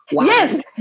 Yes